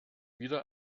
wieder